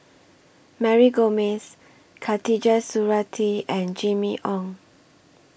Mary Gomes Khatijah Surattee and Jimmy Ong